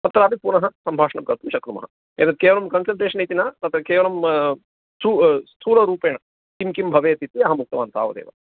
तत्रापि पुनः सम्भाषणं कर्तुं शक्नुमः एतत् केवलं कन्सल्टेशन् इति न तत् केवलं स्थूलरूपेण किं किं भवेत् इति अहम् उक्तवान् तावदेव